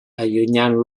allunyant